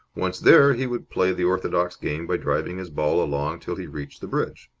once there, he would play the orthodox game by driving his ball along till he reached the bridge.